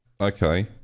okay